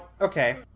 okay